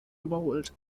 überholt